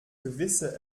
gewisse